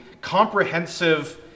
comprehensive